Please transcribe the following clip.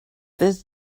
this